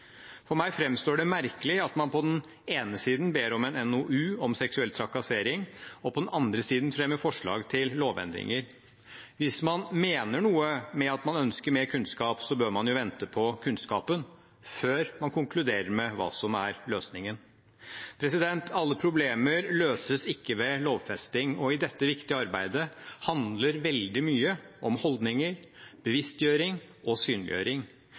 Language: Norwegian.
For meg framstår det merkelig at man på den ene siden ber om en NOU om seksuell trakassering og på den andre siden fremmer forslag til lovendringer. Hvis man mener noe med at man ønsker mer kunnskap, bør man jo vente på kunnskapen før man konkluderer med hva som er løsningen. Alle problemer løses ikke ved lovfesting, og i dette viktige arbeidet handler veldig mye om holdninger, bevisstgjøring og synliggjøring.